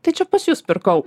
tai čia pas jus pirkau